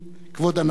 כבוד הנשיא,